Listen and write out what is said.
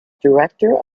director